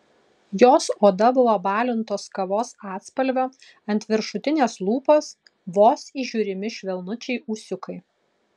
jos oda buvo balintos kavos atspalvio ant viršutinės lūpos vos įžiūrimi švelnučiai ūsiukai